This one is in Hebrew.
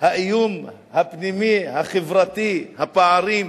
שהאיום הפנימי החברתי, הפערים,